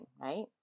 right